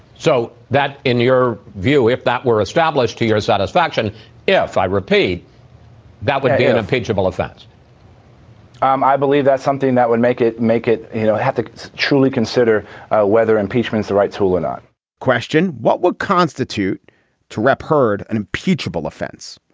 so that in your view if that were established to your satisfaction yeah if i repeat that would be an impeachable offense um i believe that's something that would make it make it you know to truly consider whether impeachment is the right tool or not question what would constitute to rep. hurd an impeachable offense.